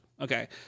Okay